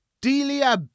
Delia